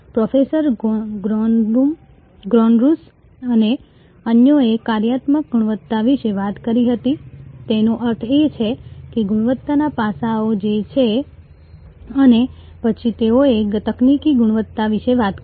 professor Gronroos અને અન્યોએ કાર્યાત્મક ગુણવત્તા વિશે વાત કરી હતી તેનો અર્થ એ કે ગુણવત્તાના પાસાઓ જે છે અને પછી તેઓએ તકનીકી ગુણવત્તા વિશે વાત કરી